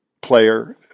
player